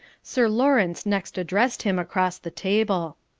sir lawrence next addressed him across the table.